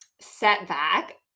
setback